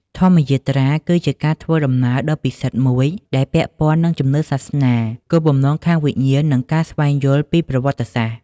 ធម្មយាត្រា គឺជាការធ្វើដំណើរដ៏ពិសិដ្ឋមួយដែលពាក់ព័ន្ធនឹងជំនឿសាសនា គោលបំណងខាងវិញ្ញាណ និងការស្វែងយល់ពីប្រវត្តិសាស្រ្ត។